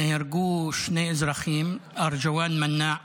נהרגו שני אזרחים, ארג'ואן מנאע